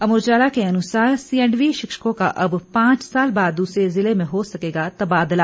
अमर उजाला के अनुसार C and V शिक्षकों का अब पांच साल बाद दूसरे जिले में हो सकेगा तबादला